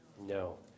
No